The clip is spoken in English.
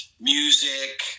Music